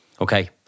Okay